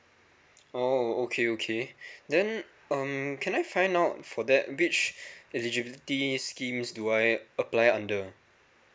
oh okay okay then um can I find out for that which eligibilities schemes do I apply under